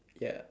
ya